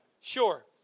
sure